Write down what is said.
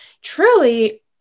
truly